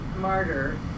martyr